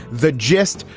the gist?